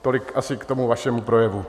Tolik asi k tomu vašemu projevu.